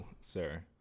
sir